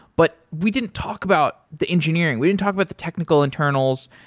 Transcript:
but we didn't talk about the engineering. we didn't talk about the technical internals.